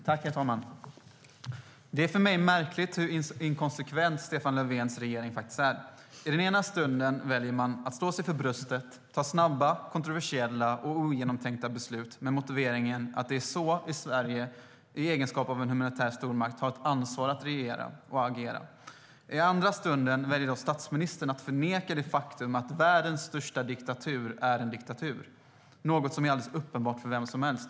Herr talman! Det är för mig märkligt hur inkonsekvent Stefan Löfvens regering är. I den ena stunden väljer man att slå sig för bröstet och fatta snabba, kontroversiella och ogenomtänkta beslut med motiveringen att det är så regeringen och Sverige i egenskap av en humanitär stormakt ska regera och agera. I den andra stunden väljer statsministern att förneka det faktum att världens största diktatur är en diktatur - något som är alldeles uppenbart för vem som helst.